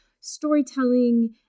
storytelling